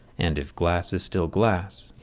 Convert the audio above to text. and if glass is still glass.